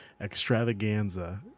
extravaganza